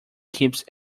keeps